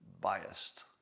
biased